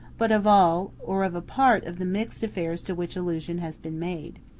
but of all, or of a part of the mixed affairs to which allusion has been made.